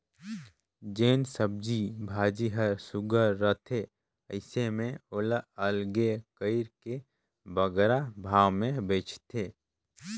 जेन सब्जी भाजी हर सुग्घर रहथे अइसे में ओला अलगे कइर के बगरा भाव में बेंचथें